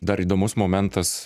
dar įdomus momentas